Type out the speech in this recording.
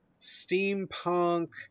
steampunk